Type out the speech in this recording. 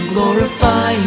Glorify